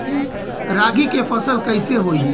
रागी के फसल कईसे होई?